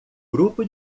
grupo